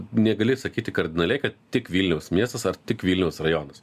negali sakyti kardinaliai kad tik vilniaus miestas ar tik vilniaus rajonas